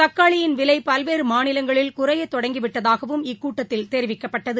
தக்காளியின் விலை பல்வேறு மாநிலங்களில் குறைத்தொடங்கி விட்டதாகவும் டுக்கூட்டத்தில் தெரிவிக்கப்பட்டது